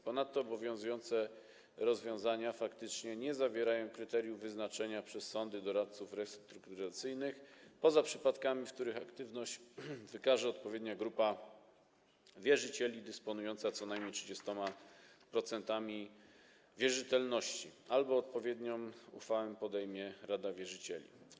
Ponadto obowiązujące rozwiązania faktycznie nie zawierają kryteriów wyznaczania przez sądy doradców restrukturyzacyjnych, poza przypadkami, w których aktywność wykaże odpowiednia grupa wierzycieli dysponująca co najmniej 30% wierzytelności albo odpowiednią uchwałę podejmie rada wierzycieli.